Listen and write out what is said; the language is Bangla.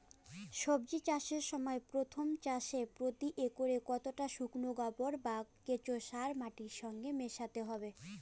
সবজি চাষের সময় প্রথম চাষে প্রতি একরে কতটা শুকনো গোবর বা কেঁচো সার মাটির সঙ্গে মেশাতে হবে?